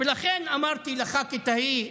ולכן אמרתי לח"כית ההיא,